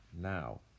Now